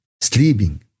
sleeping